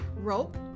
Rope